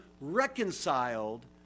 reconciled